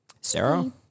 Sarah